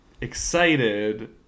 excited